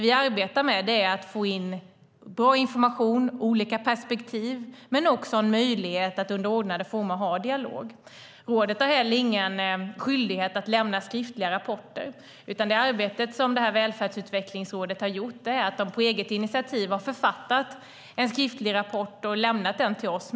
Vi arbetar med att få in bra information och olika perspektiv. Det ger oss också en möjlighet att under ordnade former ha en dialog. Rådet har inte heller någon skyldighet att lämna skriftliga rapporter. Välfärdsutvecklingsrådet har på eget initiativ författat en skriftlig rapport och lämnat den till oss.